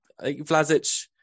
Vlasic